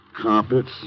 carpets